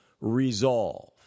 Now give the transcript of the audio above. resolve